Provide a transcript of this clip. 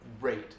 great